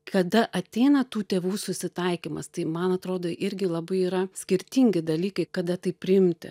kada ateina tų tėvų susitaikymas tai man atrodo irgi labai yra skirtingi dalykai kada tai priimti